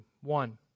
One